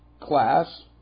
class